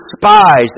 despised